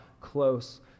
close